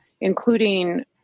including